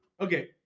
Okay